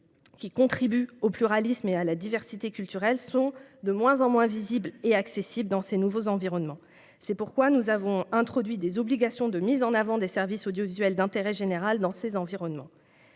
qui contribuent au pluralisme et à la diversité culturelle, sont de moins en moins visibles et accessibles dans ces nouveaux environnements. C'est pourquoi nous avons introduit des obligations de mise en avant des services audiovisuels d'intérêt général dans ces environnements.